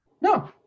no